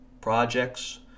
projects